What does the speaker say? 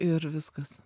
ir viskas